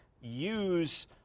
use